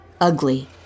Ugly